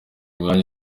mwanya